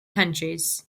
countries